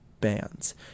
bands